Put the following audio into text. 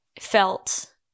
felt